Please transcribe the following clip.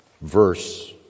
verse